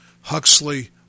Huxley